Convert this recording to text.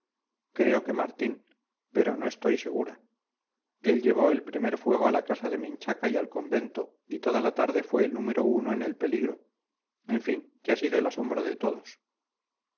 creo que martín pero no estoy segura él llevó el primer fuego a la casa de menchaca y al convento y toda la tarde fue el número uno en el peligro en fin que ha sido el asombro de todos